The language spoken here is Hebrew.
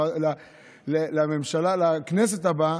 לכנסת הבאה,